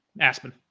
Aspen